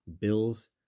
bills